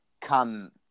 come